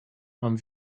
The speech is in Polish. mam